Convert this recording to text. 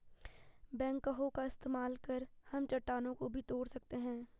backhoe का इस्तेमाल कर हम चट्टानों को भी तोड़ सकते हैं